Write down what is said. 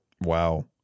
Wow